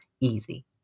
easy